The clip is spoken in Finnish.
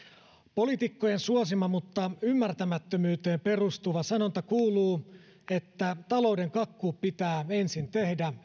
poliitikkojen suosima mutta ymmärtämättömyyteen perustuva sanonta kuuluu että talouden kakku pitää ensin tehdä